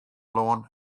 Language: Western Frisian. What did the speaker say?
lân